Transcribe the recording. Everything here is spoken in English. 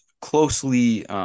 closely